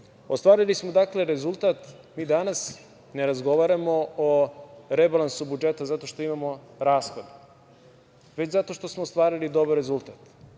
smo rezultat. Mi danas ne razgovaramo o rebalansu budžeta zato što imamo rashod, već zato što smo ostvarili dobar rezultat.